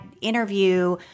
interview